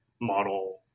model